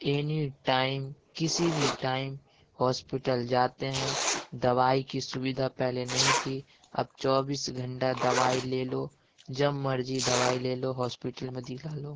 any time کسی بھی time hospital جاتے ہیں دوائی کی سویدھا پہلے نہیں تھی اب چوبیس گھنٹہ دوائی لے لو جب مرضی دوائی لے لو ہاسپیٹل میں دکھا لو